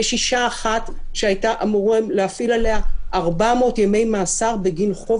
יש אישה אחת שהיו אמורים להפעיל עליה 400 ימי מאסר בגין חוב